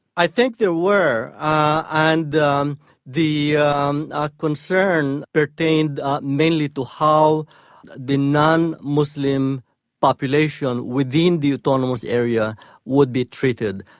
i think there were, ah and the um the um ah concern pertained mainly to how the non-muslim population in the autonomous area would be treated,